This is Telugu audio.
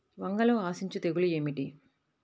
వంగలో ఆశించు తెగులు ఏమిటి?